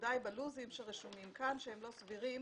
בוודאי בלוח זמנים שרשום כאן שהם לא סבירים